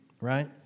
right